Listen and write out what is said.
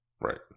Right